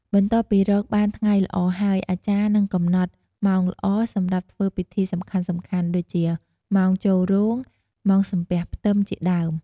បន្ទាប់ពីរកបានថ្ងៃល្អហើយ អាចារ្យនឹងកំណត់ ម៉ោងល្អ សម្រាប់ធ្វើពិធីសំខាន់ៗ ដូចជា ម៉ោងចូលរោង ម៉ោងសំពះផ្ទឹម ជាដើម។